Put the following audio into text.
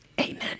Amen